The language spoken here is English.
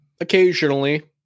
occasionally